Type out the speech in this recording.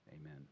amen